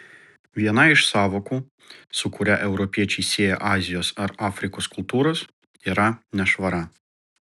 viena iš sąvokų su kuria europiečiai sieja azijos ar afrikos kultūras yra nešvara